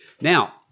Now